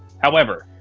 however,